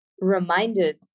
reminded